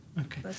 Okay